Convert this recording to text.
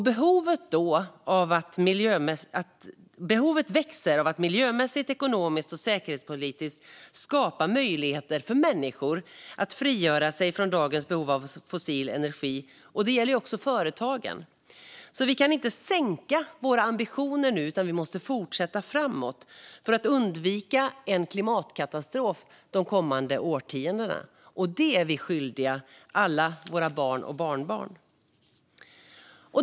Behovet växer därför av att miljömässigt, ekonomiskt och säkerhetspolitiskt skapa möjligheter för människor och företag att frigöra sig från dagens beroende av fossil energi. Vi kan inte sänka våra ambitioner utan fortsätta framåt för att undvika en klimatkatastrof kommande årtionden. Det är vi skyldiga alla våra barn och barnbarn.